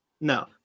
no